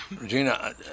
Regina